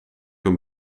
een